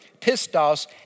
pistos